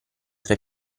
tra